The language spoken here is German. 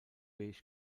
beige